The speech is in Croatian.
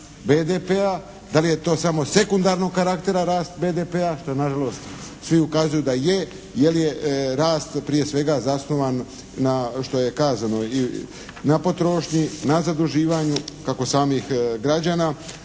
BDP-a, da li je to samo sekundarnog karaktera rast BDP-a što naravno svi ukazuju da je, jer je rast prije svega zasnovan na što je kazano i na potrošnji, na zaduživanju kako samih građana,